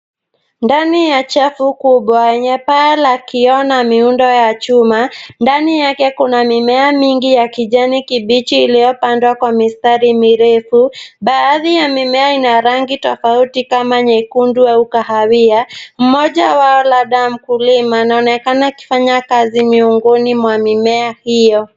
Ndani ya chafu kubwa yenye paa la kioo na miundo ya chuma. Ndani yake kuna mimea mingi ya kijani kibichi iliyopandwa kwa mistari mirefu. Baadhi ya mimea ina rangi tofauti kama nyekundu au kahawia. Mmoja wao, labda mkulima anaonekana akifanya kazi miongoni mwa mimea hiyo.